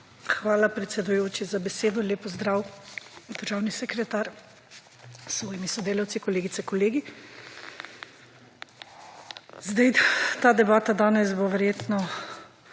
Hvala predsedujoči za besedo. Lep pozdrav državni sekretar s svojimi sodelavci, kolegice, kolegi! Zdaj, ta debata danes bo verjetno